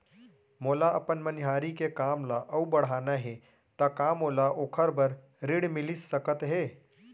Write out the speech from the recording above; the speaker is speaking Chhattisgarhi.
मोला अपन मनिहारी के काम ला अऊ बढ़ाना हे त का मोला ओखर बर ऋण मिलिस सकत हे?